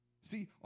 See